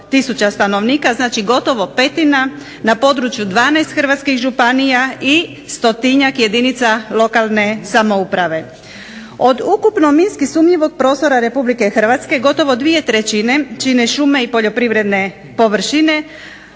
tisuća stanovnika, znači gotovo petina na području 12 hrvatskih županija i stotinjak jedinica lokalne samouprave. Od ukupno minski sumnjivog prostora Republike Hrvatske, gotovo dvije trećine čine šume i poljoprivredne površine,